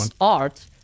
Art